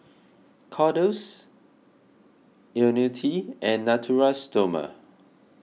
Kordel's Ionil T and Natura Stoma